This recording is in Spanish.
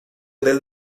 del